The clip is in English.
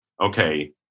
okay